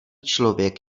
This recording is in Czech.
člověk